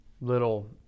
little